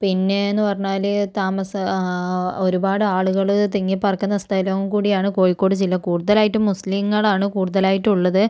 പിന്നെന്ന് പറഞ്ഞാല് താമസ ആ ഒരുപാട് ആളുകള് തിങ്ങി പാർക്കുന്ന സ്ഥലവും കൂടിയാണ് കോഴിക്കോട് ജില്ല കൂടുതലായിട്ടും മുസ്സ്ലിങ്ങളാണ് കൂടുതലായിട്ടും ഉള്ളത്